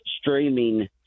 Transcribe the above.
streaming